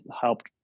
helped